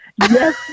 Yes